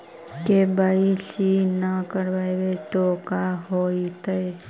KYC न करवाई तो का हाओतै?